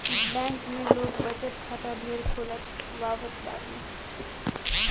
bank में लोग बचत खाता ढेर खोलवावत बाने